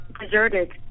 deserted